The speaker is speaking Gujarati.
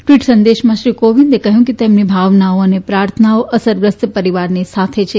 ટ્વીટ સંદેશમાં શ્રી કોવિંદે કહ્યું કે તેમની ભાવના અને પ્રાર્થના અસરગ્રસ્ત પરિવારની સાથે છે